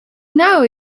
know